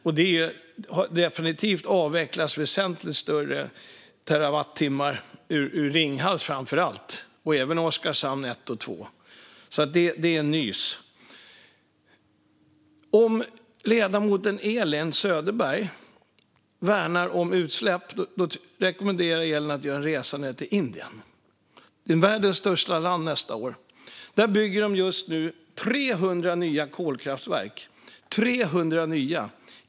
Det avvecklas definitivt väsentligt fler terawattimmar framför allt i Ringhals och även i Oskarshamn 1 och 2. Det är alltså nys. Om ledamoten Elin Söderberg värnar om minskade utsläpp rekommenderar jag henne att göra en resa till Indien, världens största land nästa år. Där bygger man just nu 300 nya kolkraftverk.